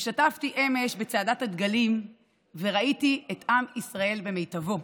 השתתפתי אמש בצעדת הדגלים וראיתי את עם ישראל במיטבו,